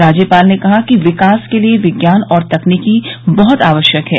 राज्यपाल ने कहा कि विकास के लिए विज्ञान और तकनीकी बहुत आवश्यक है